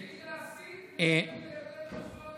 תפסיק להסית נגד בית המשפט העליון.